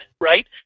right